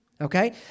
Okay